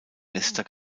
nester